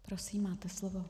Prosím, máte slovo.